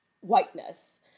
whiteness